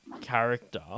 character